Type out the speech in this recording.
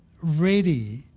ready